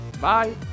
Bye